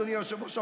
אדוני היושב-ראש,